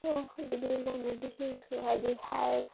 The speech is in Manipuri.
ꯑꯣ ꯑꯗꯨꯗꯤ ꯏꯃꯥꯟꯅꯕꯤꯁꯤꯡꯁꯨ ꯍꯥꯏꯗꯤ ꯍꯥꯏꯔꯒꯦ